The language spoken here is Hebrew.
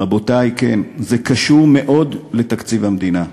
רבותי, כן, זה קשור מאוד לתקציב המדינה,